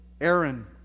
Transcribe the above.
Aaron